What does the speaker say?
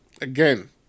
Again